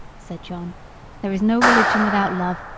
said john there is no religion without love,